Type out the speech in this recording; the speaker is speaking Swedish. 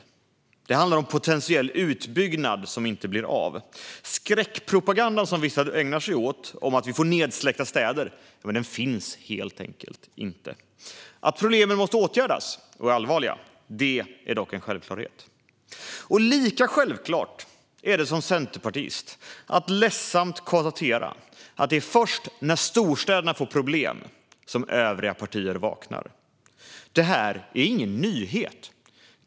Det handlar om potentiell utbyggnad som inte blir av. Den risk att vi ska få helt nedsläckta städer som vissa sprider skräckpropaganda om finns helt enkelt inte. Att problemen är allvarliga och måste åtgärdas är dock en självklarhet. Lika självklart är det att som centerpartist ledset behöva konstatera att det är först när storstäderna får problem som övriga partier vaknar. Detta är ju ingen nyhet.